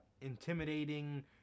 intimidating